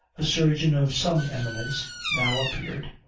a surgeon of some eminence now appeared,